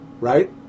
Right